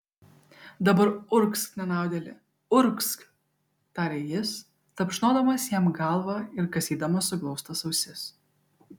dabar urgzk nenaudėli urgzk tarė jis tapšnodamas jam galvą ir kasydamas suglaustas ausis